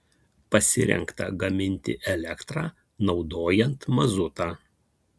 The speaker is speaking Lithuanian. pasirengta gaminti elektrą naudojant mazutą